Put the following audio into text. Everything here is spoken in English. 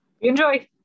Enjoy